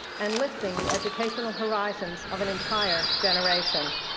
and lifting the educational horizons of an entire generation.